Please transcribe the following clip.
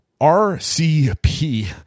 rcp